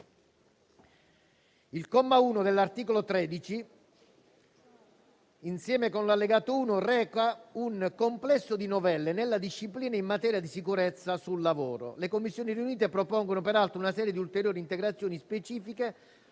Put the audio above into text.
Il comma 1 dell'articolo 13 - insieme con l'Allegato 1 - reca un complesso di novelle nella disciplina in materia di sicurezza sul lavoro; le Commissioni riunite propongono peraltro una serie di ulteriori integrazioni specifiche